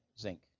Zinc